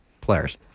players